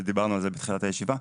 ודיברנו על זה בתחילת הישיבה: